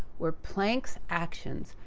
where planck's actions,